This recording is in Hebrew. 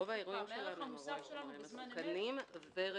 רוב האירועים שלנו הם חומרים מסוכנים, וריחות,